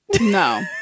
no